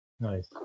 Nice